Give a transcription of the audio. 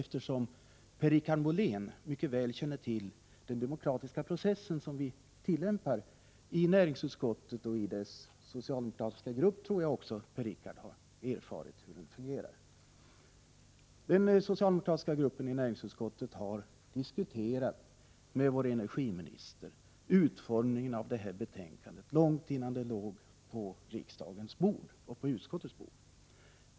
Per-Richard Molén känner ju mycket väl till den demokratiska process som vi tillämpar i näringsutskottet, och jag tror att han också vet hur den processen fungerar i den socialdemokratiska gruppen. Den socialdemokratiska gruppen i näringsutskottet har diskuterat med vår energiminister utformningen av det här betänkandet långt innan det låg på riksdagens bord och på utskottets bord.